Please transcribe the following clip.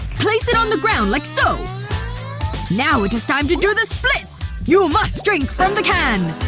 place it on the ground like so now it is time to do the splits you must drink from the can